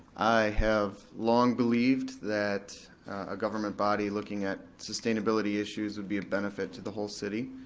have long believed that a government body looking at sustainability issues would be a benefit to the whole city.